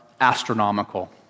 astronomical